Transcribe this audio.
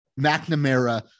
McNamara